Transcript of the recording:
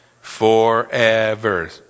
Forever